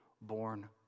born